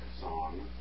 song